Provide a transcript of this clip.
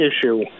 issue